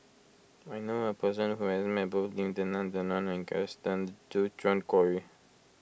I knew a person who has met both Lim Denan Denon and Gaston Dutronquoy